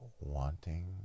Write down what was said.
wanting